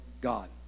God